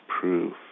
proof